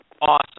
awesome